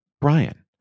Brian